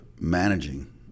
managing